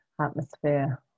atmosphere